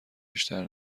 بیشتر